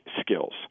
skills